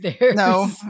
No